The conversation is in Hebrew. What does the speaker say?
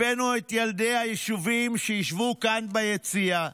הבאנו את ילדי היישובים שישבו כאן ביציע,